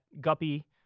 Guppy